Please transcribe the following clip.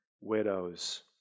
widows